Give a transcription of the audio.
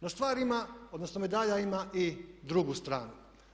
No, stvar ima odnosno medalja ima i drugu stranu.